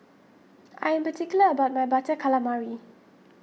I am particular about my Butter Calamari